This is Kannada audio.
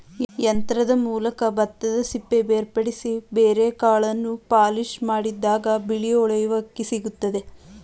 ಯಂತ್ರದ ಮೂಲಕ ಭತ್ತದಸಿಪ್ಪೆ ಬೇರ್ಪಡಿಸಿ ಬರೋಕಾಳನ್ನು ಪಾಲಿಷ್ಮಾಡಿದಾಗ ಬಿಳಿ ಹೊಳೆಯುವ ಅಕ್ಕಿ ಸಿಕ್ತದೆ